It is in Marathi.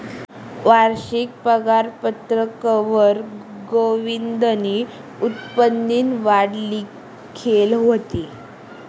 वारशिक पगारपत्रकवर गोविंदनं उत्पन्ननी वाढ लिखेल व्हती